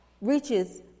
reaches